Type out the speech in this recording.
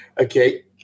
okay